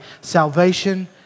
Salvation